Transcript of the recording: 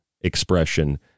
expression